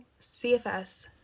CFS